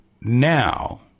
now